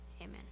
Amen